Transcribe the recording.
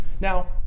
Now